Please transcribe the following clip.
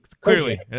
clearly